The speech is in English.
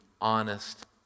honest